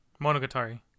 monogatari